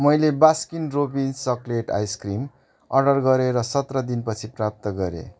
मैले Baskin Robbins chocolate ice cream order गरेँ र सत्र दिनपछि प्राप्त गरेँ